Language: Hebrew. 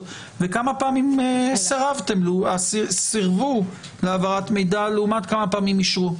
וכמה פעמים סירבו להעברת מידע לעומת כמה פעמים אישרו.